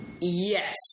yes